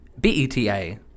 Beta